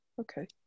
Okay